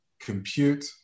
compute